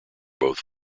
both